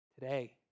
today